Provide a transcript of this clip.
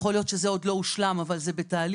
יכול להיות שזה עוד לא הושלם אבל זה בתהליך,